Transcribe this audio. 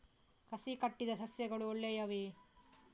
ಕಸಿ ಕಟ್ಟಿದ ಸಸ್ಯಗಳು ಒಳ್ಳೆಯವೇ?